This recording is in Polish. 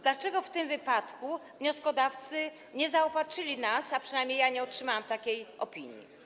Dlaczego w tym wypadku wnioskodawcy nie zaopatrzyli nas w nią, a przynajmniej ja nie otrzymałam takiej opinii?